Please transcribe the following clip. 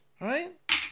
Right